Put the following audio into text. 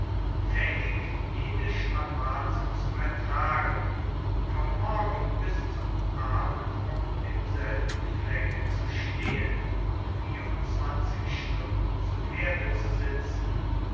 faehig jede strapaze zu ertragen vom morgen bis zum abend auf demselben flecke zu stehen und vierundzwanzig stunden zu pferde zu sitzen